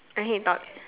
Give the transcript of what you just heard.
and he thought